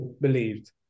believed